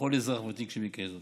לכל אזרח ותיק שביקש זאת.